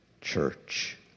church